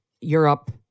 Europe